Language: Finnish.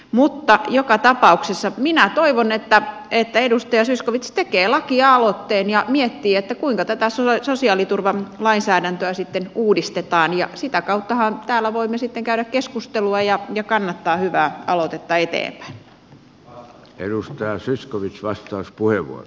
mutta joka tapauksessa minä toivon että edustaja zyskowicz tekee lakialoitteen ja miettii kuinka tätä sosiaaliturvalainsäädäntöä sitten uudistetaan ja sitä kauttahan täällä voimme sitten käydä keskustelua ja kannattaa hyvää aloitetta eteenpäin